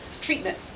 treatment